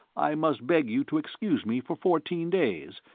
i must beg you to excuse me for fourteen days,